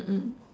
mm mm